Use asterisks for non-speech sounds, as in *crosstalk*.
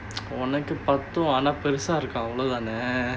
*noise* உனக்கு பத்தும் ஆனா பெருசா இருக்கும் அவ்ளோ தான:unakku pathum aanaa perusaa irukkum avlo thaana